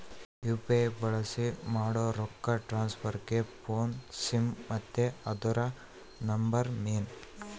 UPI ಬಳ್ಸಿ ಮಾಡೋ ರೊಕ್ಕ ಟ್ರಾನ್ಸ್ಫರ್ಗೆ ಫೋನ್ನ ಸಿಮ್ ಮತ್ತೆ ಅದುರ ನಂಬರ್ ಮೇನ್